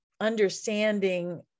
understanding